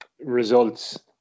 results